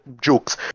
jokes